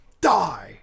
Die